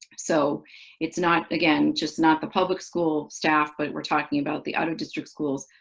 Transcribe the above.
so it's not again, just not the public school staff, but we're talking about the out-of-district schools,